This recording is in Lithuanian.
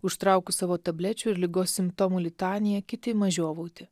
užtraukus savo tablečių ir ligos simptomų litaniją kiti ima žiovauti